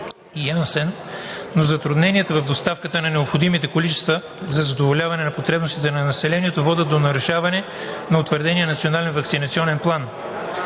и Janssen, но затрудненията в доставката на необходимите количества за задоволяване на потребностите на населението водят до нарушаване на утвърдения национален ваксинационен план.